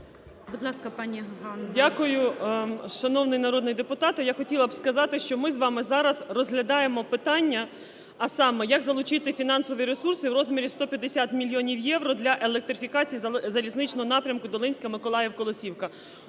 10:59:34 ГОПКО Г.М. Дякую. Шановний народний депутате, я хотіла б сказати, що ми з вами зараз розглядаємо питання, а саме як залучити фінансові ресурси в розмірі 150 мільйонів євро для електрифікації залізничного напрямку Долинська – Миколаїв – Колосівка.